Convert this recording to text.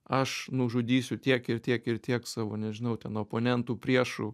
aš nužudysiu tiek ir tiek ir tiek savo nežinau ten oponentų priešų